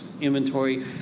inventory